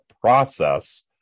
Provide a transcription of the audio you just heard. process